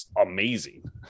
amazing